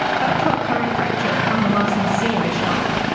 back to our current fracture, on the larsen c ice shelf.